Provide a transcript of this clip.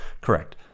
Correct